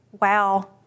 wow